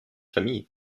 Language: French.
famille